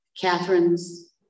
Catherine's